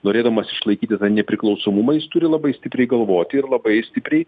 norėdamas išlaikyti tą nepriklausomumą jis turi labai stipriai galvoti ir labai stipriai